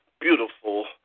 beautiful